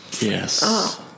Yes